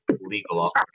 legal